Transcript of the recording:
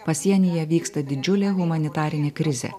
pasienyje vyksta didžiulė humanitarinė krizė